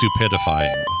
stupidifying